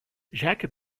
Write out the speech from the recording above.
jacques